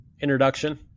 introduction